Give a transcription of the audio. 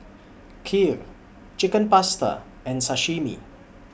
Kheer Chicken Pasta and Sashimi